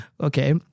Okay